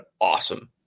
awesome